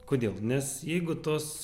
kodėl nes jeigu tos